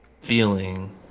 feeling